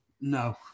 No